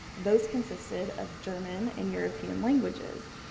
those consisted of german and european languages.